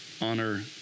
Honor